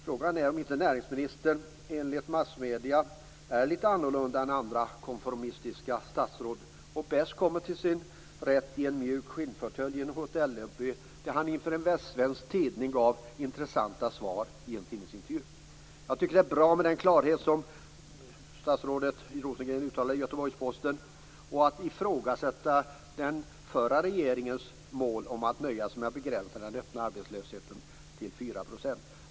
Frågan är om inte näringsministern - som enligt massmedierna är lite annorlunda jämfört med andra, konformistiska, statsråd - bäst kommer till sin rätt i en mjuk skinnfåtölj i en hotellobby. Där gav han inför en västsvensk tidning intressanta svar i en tidningsintervju. Jag tycker att det är bra med den klarhet som statsrådet Rosengren uttalade i Göteborgs-Posten. Det är bra att ifrågasätta den förra regeringens mål om att nöja sig med att begränsa den öppna arbetslösheten till 4 %.